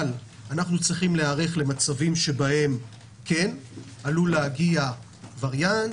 אבל אנחנו צריכים להיערך למצבים בהם עלול להגיע וריאנט